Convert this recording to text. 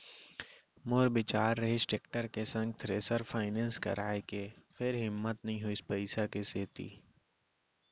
मोर बिचार रिहिस टेक्टर के संग थेरेसर फायनेंस कराय के फेर हिम्मत नइ होइस पइसा के सेती